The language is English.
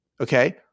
Okay